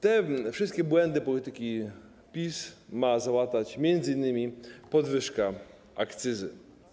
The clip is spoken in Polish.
Te wszystkie błędy polityki PiS ma załatać m.in. podwyżka akcyzy.